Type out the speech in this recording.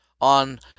on